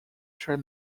tram